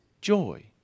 joy